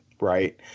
right